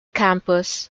campus